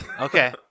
Okay